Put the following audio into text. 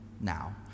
Now